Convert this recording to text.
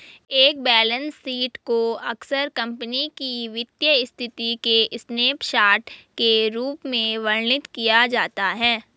एक balance sheet को अक्सर कंपनी की वित्तीय स्थिति के स्नैपशॉट के रूप में वर्णित किया जाता है